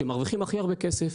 שמרוויחים הכי הרבה כסף,